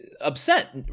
upset